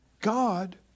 God